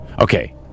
Okay